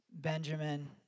Benjamin